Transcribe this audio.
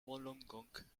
wollongong